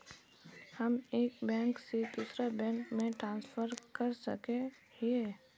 हम एक बैंक से दूसरा बैंक में ट्रांसफर कर सके हिये?